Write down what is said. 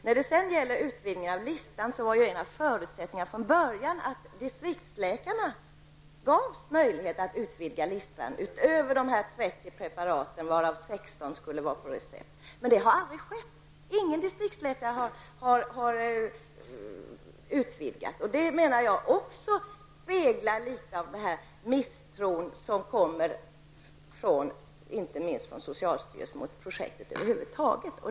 När det gäller utvidgning av listan var en av förutsättningarna från början att distriktsläkarna gavs möjlighet att utvidga listan utöver de 30 Det har aldrig skett. Ingen distriktsläkare har utvidgat listan. Det speglar litet av misstron som kommer inte minst från socialstyrelsen mot projektet över huvud taget.